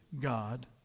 God